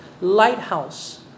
lighthouse